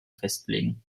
festlegen